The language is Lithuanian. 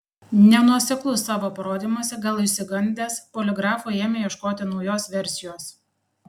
nenuoseklus savo parodymuose gal išsigandęs poligrafo ėmė ieškoti naujos versijos